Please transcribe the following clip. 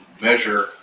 measure –